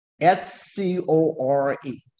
S-C-O-R-E